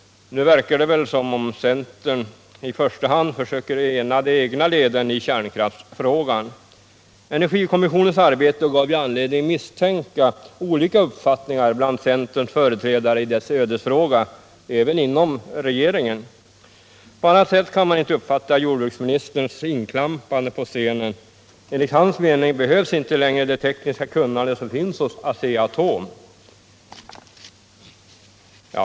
Nu verkar det som om centern i första hand försöker ena de egna leden i kärnkraftsfrågan. Energikommissionens arbete gav anledning misstänka olika uppfattningar bland centerns företrädare i dess ödesfråga, även inom regeringen. På annat sätt kan man inte uppfatta jordbruksministerns inklampande på scenen. Enligt hans mening behövs inte längre det tekniska kunnande som finns hos Asea-Atom.